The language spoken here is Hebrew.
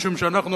משום שאנחנו,